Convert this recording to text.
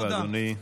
תודה רבה, אדוני.